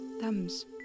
thumbs